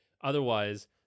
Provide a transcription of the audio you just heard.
Otherwise